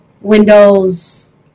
Windows